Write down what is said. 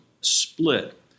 split